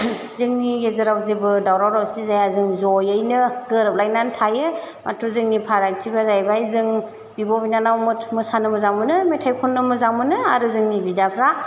जोंनि गेजेराव जेबो दावराव दावसि जाया जों ज'यैनो गोरोबलायनानै थायो हयथ' जोंनि फारागथिफ्रा जाहैबाय जों बिब' बिनानाव मोसानो मोजां मोनो मेथाइ ख'ननो मोजां मोनो आरो जोंनि बिदाफ्रा